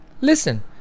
Listen